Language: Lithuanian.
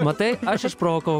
matai aš išprovokavau